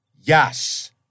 Yes